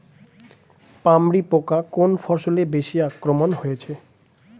পামরি পোকা কোন ফসলে বেশি আক্রমণ হয়েছে?